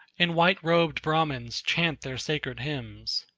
and white-robed brahmans chant their sacred hymns.